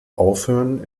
aufhören